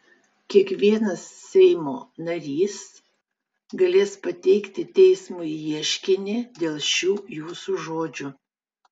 kiekvienas seimo narys galės pateikti teismui ieškinį dėl šių jūsų žodžių